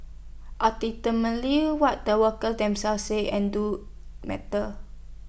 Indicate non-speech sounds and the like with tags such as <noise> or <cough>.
<unintelligible> what the workers themselves say and do matters